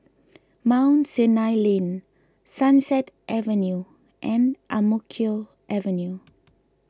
Mount Sinai Lane Sunset Avenue and Ang Mo Kio Avenue